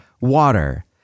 water